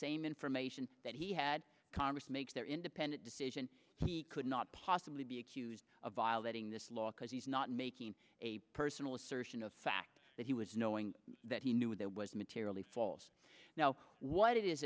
same information that he had congress make their independent decision he could not possibly be accused of violating this law because he's not making a personal assertion of fact that he was knowing that he knew there was materially false now what is